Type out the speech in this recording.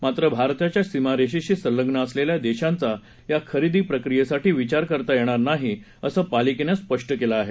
मात्र भारताच्या सीमारेषेशी संलग्न असलेल्या देशांचा या खरेदी प्रक्रियेसाठी विचार करता येणार नाही असं पालिकेनं स्पष्ट केलं आहे